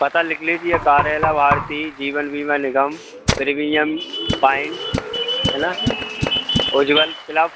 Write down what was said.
पता लिख लीजिए कारेला वारसी जीवन बीमा निगम प्रीमियम पाइंट है ना उज्ज्वल क्लब